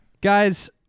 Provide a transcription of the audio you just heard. Guys